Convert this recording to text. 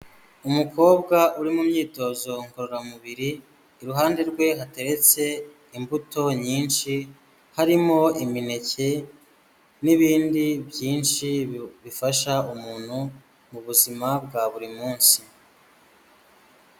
Umukobwa uri mu myitozo ngororamubiri, iruhande rwe hateretse imbuto nyinshi, harimo imineke n'ibindi byinshi bifasha umuntu mu buzima bwa buri munsi.